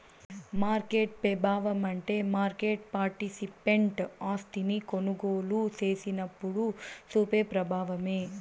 market పెబావమంటే market participant ఆస్తిని కొనుగోలు సేసినప్పుడు సూపే ప్రబావమే